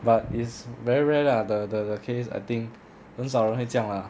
but is very rare lah the the case I think 很少人会这样 lah